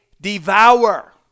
devour